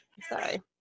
Sorry